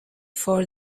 for